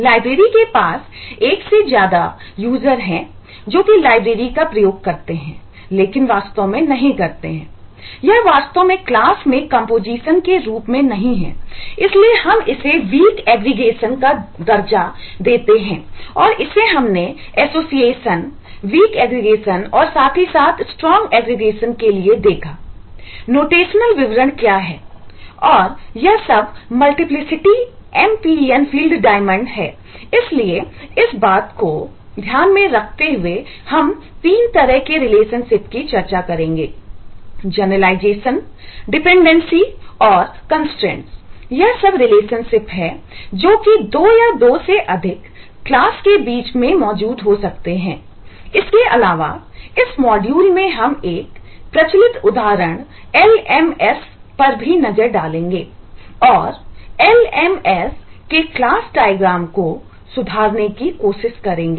library के पास एक से ज्यादा यूजर की चर्चा करेंगे